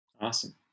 Awesome